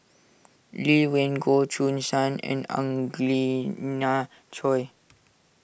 Lee Wen Goh Choo San and Angelina Choy